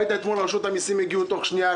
ראית אתמול אנשי רשות המסים הגיעו תוך שנייה,